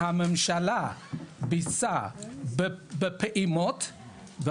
שהממשלה ביצעה בפעימות,